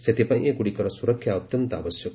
ସେଥିପାଇଁ ଏଗୁଡିକର ସୁରକ୍ଷା ଅତ୍ୟନ୍ତ ଆବଶ୍ୟକ